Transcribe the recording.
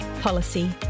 policy